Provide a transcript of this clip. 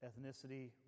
ethnicity